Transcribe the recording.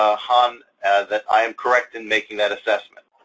ah hanh, that i am correct in making that assessment.